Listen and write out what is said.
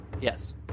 Yes